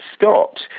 Scott